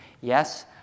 yes